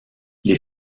les